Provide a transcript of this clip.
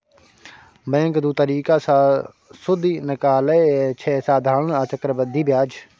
bank दु तरीका सँ सुदि निकालय छै साधारण आ चक्रबृद्धि ब्याज